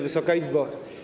Wysoka Izbo!